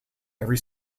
every